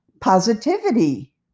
positivity